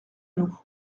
nous